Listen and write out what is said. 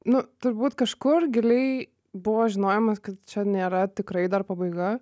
nu turbūt kažkur giliai buvo žinojimas kad čia nėra tikrai dar pabaiga